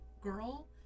girl